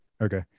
Okay